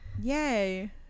Yay